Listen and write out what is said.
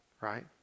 Right